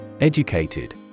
Educated